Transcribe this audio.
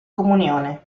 comunione